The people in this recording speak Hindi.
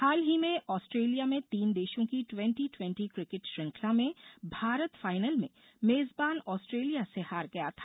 हाल में आस्ट्रेलिया में तीन देशों की ट्वेंटी ट्वेंटी क्रिकेट श्रृंखला में भारत फाइनल में मेजबान आस्ट्रेलिया से हार गया था